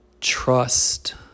Trust